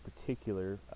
particular